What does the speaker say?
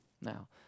now